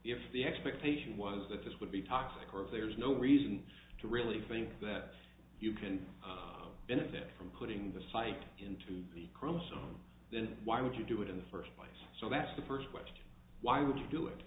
if the expectation was that this would be toxic or if there is no reason to really think that you can benefit from putting the site into the chromosome then why would you do it in the first place so that's the first question why would you do it